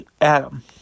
Adam